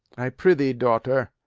i prithee, daughter,